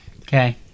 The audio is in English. Okay